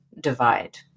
divide